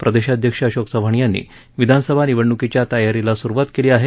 प्रदेशाध्यक्ष अशोक चव्हाण यांनी विधानसभा निवडण्कीच्या तयारीला सुरुवात केली आहे